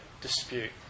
dispute